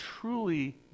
truly